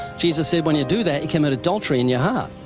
jesus said when you do that, you commit adultery in your heart,